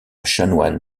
chanoine